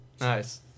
Nice